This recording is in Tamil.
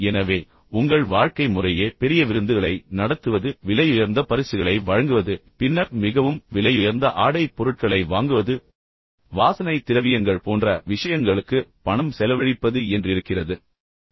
எனவே உங்கள் வாழ்க்கை முறையே பெரிய விருந்துகளை நடத்துவது விலையுயர்ந்த பரிசுகளை வழங்குவது பின்னர் மிகவும் விலையுயர்ந்த ஆடை பொருட்களை வாங்குவது வாசனை திரவியங்கள் போன்ற விஷயங்களுக்கு பணம் செலவழிப்பது என்றிருக்கிறது